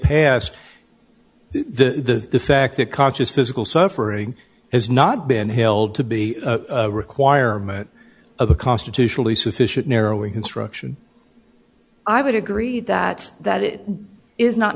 past the fact that conscious physical suffering has not been held to be a requirement of a constitutionally sufficient narrowing instruction i would agree that that it is not